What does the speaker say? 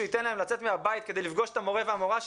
ייתן להם לצאת מהבית כדי לפגוש את המורה והמורה שלהם,